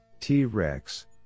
T-Rex